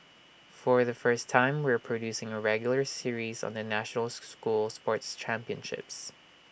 for the first time we are producing A regular series on the nationals school sports championships